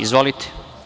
Izvolite.